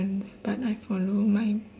but I follow my